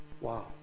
Wow